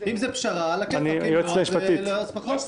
אם זאת פשרה, על הכיפק, אם לא אז פחות.